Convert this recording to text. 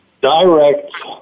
direct